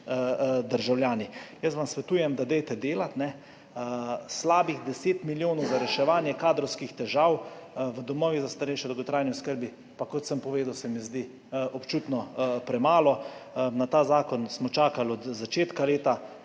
državljani. Jaz vam svetujem, da delajte. Slabih 10 milijonov za reševanje kadrovskih težav v domovih za starejše za dolgotrajno oskrbo, kot sem povedal, se mi zdi občutno premalo. Na ta zakon smo čakali od začetka leta.